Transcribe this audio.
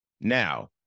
Now